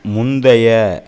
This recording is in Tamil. முந்தைய